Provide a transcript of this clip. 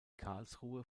karlsruhe